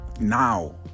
Now